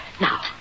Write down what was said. Now